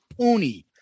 pony